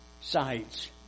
sides